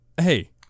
Hey